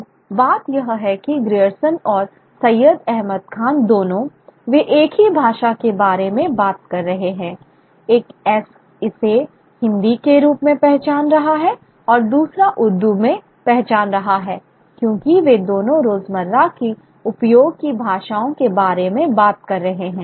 अब बात यह है कि ग्रियर्सन और सैयद अहमद खान दोनों वे एक ही भाषा के बारे में बात कर रहे हैं एक इसे हिंदी के रूप में पहचान रहा है और दूसरा उर्दू में पहचान रहा है क्योंकि वे दोनों रोजमर्रा की उपयोग की भाषाओं के बारे में बात कर रहे हैं